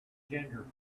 ginger